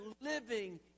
living